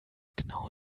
genau